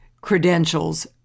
credentials